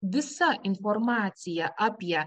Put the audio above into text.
visa informacija apie